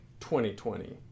2020